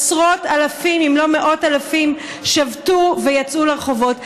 עשרות אלפים אם לא מאות אלפים שבתו ויצאו לרחובות.